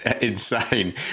insane